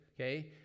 okay